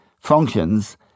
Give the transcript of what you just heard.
functions